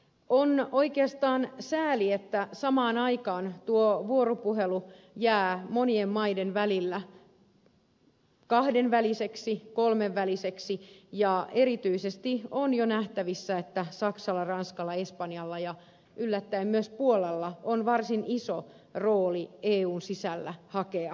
on oikeastaan sääli että samaan aikaan tuo vuoropuhelu jää monien maiden välillä kahdenväliseksi kolmenväliseksi ja erityisesti on jo nähtävissä että saksalla ranskalla espanjalla ja yllättäen myös puolalla on varsin iso rooli eun sisällä hakea ratkaisuja